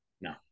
No